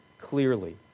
clearly